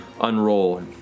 unroll